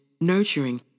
nurturing